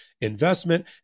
investment